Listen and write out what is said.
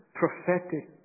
prophetic